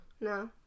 No